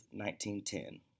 1910